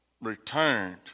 returned